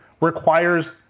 requires